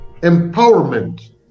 empowerment